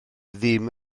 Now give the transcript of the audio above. ddim